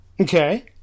Okay